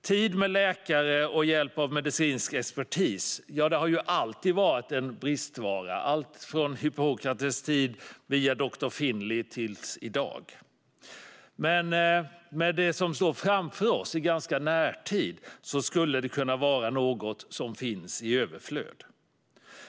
Tid med läkare och hjälp av medicinsk expertis har alltid varit en bristvara, från Hippokrates tid via doktor Finlay fram till i dag. Men med det vi har framför oss i relativ närtid skulle det kunna vara något som finns i överflöd.